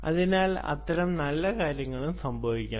അതിനാൽ അത്തരം നല്ല കാര്യങ്ങളും സംഭവിക്കാം